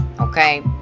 Okay